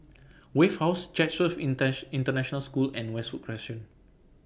Wave House Chatsworth International School and Westwood Crescent